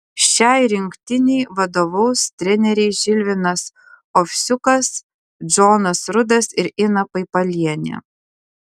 šiai rinktinei vadovaus treneriai žilvinas ovsiukas džonas rudas ir ina paipalienė